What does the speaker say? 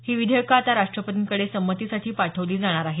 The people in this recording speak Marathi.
ही विधेयकं आता राष्ट्रपतींकडे संमतीसाठी पाठवली जाणार आहेत